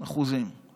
אבל